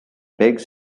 begs